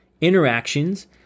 interactions